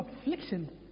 affliction